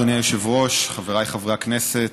אדוני היושב-ראש, חבריי חברי הכנסת,